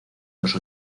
dos